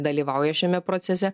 dalyvauja šiame procese